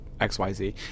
xyz